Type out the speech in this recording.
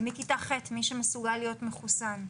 מכיתה ח', מי שמסוגל להיות מחוסן.